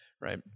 right